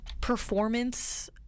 performance